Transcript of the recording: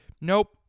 Nope